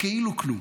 כאילו כלום.